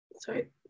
sorry